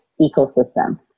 ecosystem